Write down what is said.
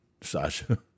Sasha